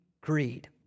greed